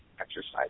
exercise